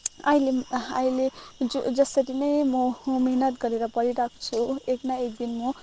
अहिले अहिले जसरी नै म मेहनत गरेर पढिरहेको छु एक न एक दिन म